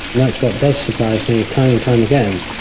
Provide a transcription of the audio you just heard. that's what does surprise me time and time again.